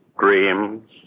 dreams